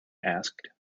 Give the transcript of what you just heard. asked